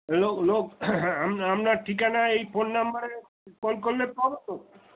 লো লোক আপ আপনার ঠিকানা এই ফোন নম্বরে কল করলে পাবো তো